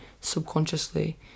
subconsciously